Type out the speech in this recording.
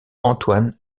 antoine